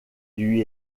lui